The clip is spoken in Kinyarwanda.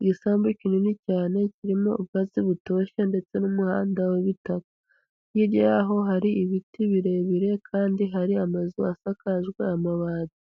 Igisambu kinini cyane kirimo ubwatsi butoshye ndetse n'umuhanda w'ibitaka, hirya y'aho hari ibiti birebire kandi hari amazu asakajwe amabati,